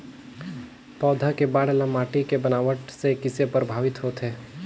पौधा के बाढ़ ल माटी के बनावट से किसे प्रभावित होथे?